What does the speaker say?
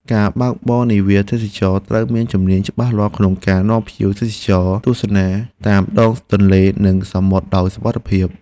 អ្នកបើកបរនាវាទេសចរណ៍ត្រូវមានជំនាញច្បាស់លាស់ក្នុងការនាំភ្ញៀវទស្សនាតាមដងទន្លេនិងសមុទ្រដោយសុវត្ថិភាព។